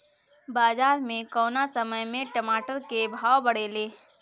बाजार मे कौना समय मे टमाटर के भाव बढ़ेले?